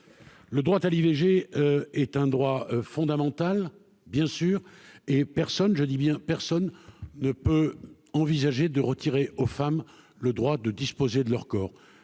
Le droit à l'IVG est un droit fondamental, bien sûr, et personne- je dis bien : personne -ne peut envisager de retirer aux femmes le droit de disposer de leur corps.